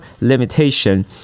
limitation